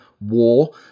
war